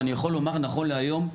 ואני יכול לומר נכון להיום,